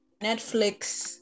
Netflix